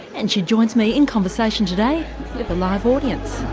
and she joins me in conversation today with a live audience.